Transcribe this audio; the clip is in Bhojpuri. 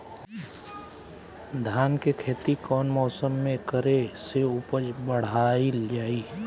धान के खेती कौन मौसम में करे से उपज बढ़ाईल जाई?